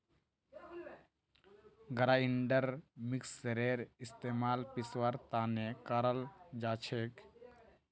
grinder मिक्सरेर इस्तमाल पीसवार तने कराल जाछेक